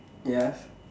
ya